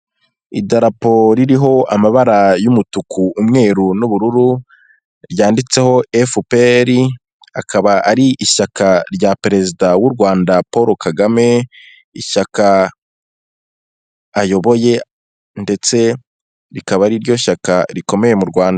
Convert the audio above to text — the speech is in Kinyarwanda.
Idaraporo ririho amabara y'umutuku, umweru, n'ubururu ryanditseho FPR, akaba ari ishyaka rya perezida w'u rwanda paul kagame ishyaka ayoboye, ndetse rikaba ari ryo shyaka rikomeye mu rwanda.